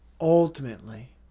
Ultimately